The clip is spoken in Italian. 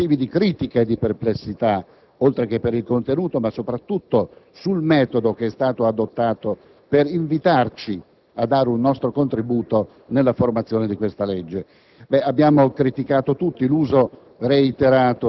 i molti motivi di critica e di perplessità legati, oltre che al contenuto, al metodo che è stato adottato per invitarci a dare il nostro contributo nella formazione di questa legge. Ebbene, abbiamo criticato tutti l'uso